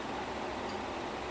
!aiyo!